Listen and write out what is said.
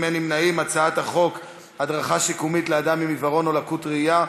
הצעת חוק הדרכה שיקומית לאדם עם עיוורון או לקות ראייה,